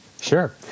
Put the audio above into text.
Sure